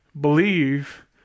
Believe